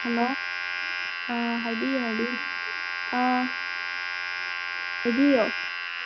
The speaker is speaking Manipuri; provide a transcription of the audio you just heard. ꯍꯂꯣ ꯍꯥꯏꯕꯤꯌꯨ ꯍꯥꯏꯕꯤꯌꯨ ꯑ ꯍꯥꯏꯕꯤꯌꯣ